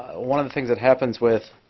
one thing that happens with